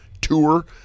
tour